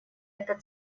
это